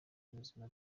y’ubuzima